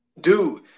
Dude